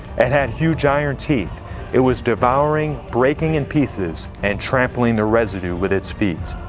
it had huge iron teeth it was devouring, breaking in pieces, and trampling the residue with its feet.